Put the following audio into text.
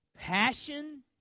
passion